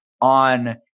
on